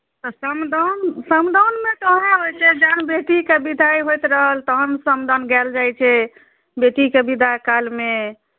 आ समदाउन समदाउनमे तऽ उएह होइत छै जे जखन बेटीके विदाइ होइत रहल तहन समदाउन गायल जाइत छै बेटीके विदा कालमे